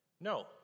No